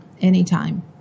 Anytime